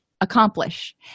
accomplish